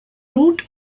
route